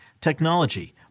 technology